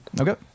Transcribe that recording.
Okay